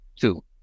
two